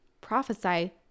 prophesy